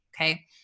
Okay